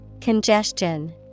Congestion